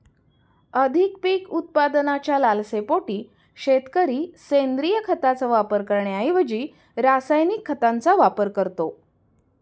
अधिक पीक उत्पादनाच्या लालसेपोटी शेतकरी सेंद्रिय खताचा वापर करण्याऐवजी रासायनिक खतांचा वापर करतो